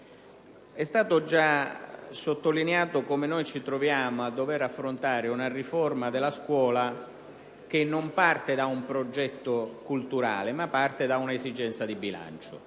è stato già sottolineato che ci troviamo a dover affrontare una riforma della scuola che non parte da un progetto culturale, ma da un'esigenza di bilancio.